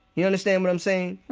you understand what i'm saying?